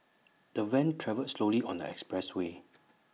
the van travelled slowly on the expressway